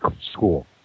school